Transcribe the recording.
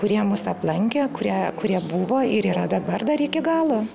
kurie mus aplankė kurie kurie buvo ir yra dabar dar iki galo